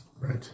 Right